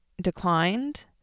declined